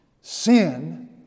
sin